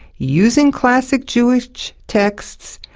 using classic jewish texts,